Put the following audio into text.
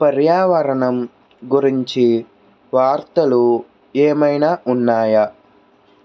పర్యావరణం గురించి వార్తలు ఏమైనా ఉన్నాయా